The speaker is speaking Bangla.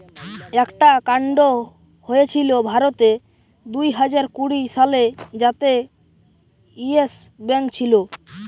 একটা কান্ড হয়েছিল ভারতে দুইহাজার কুড়ি সালে যাতে ইয়েস ব্যাঙ্ক ছিল